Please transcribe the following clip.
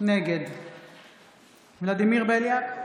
נגד ולדימיר בליאק,